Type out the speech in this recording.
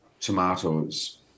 tomatoes